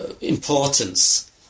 importance